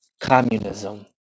communism